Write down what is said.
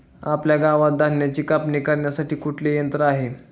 आपल्या गावात धन्याची कापणी करण्यासाठी कुठले यंत्र आहे?